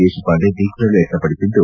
ದೇಶಪಾಂಡೆ ದಿಗ್ಗಮೆ ವ್ಯಕ್ತಪಡಿಸಿದ್ದು